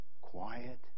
quiet